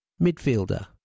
midfielder